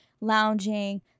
lounging